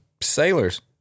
sailors